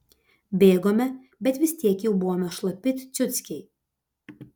bėgome bet vis tiek jau buvome šlapi it ciuckiai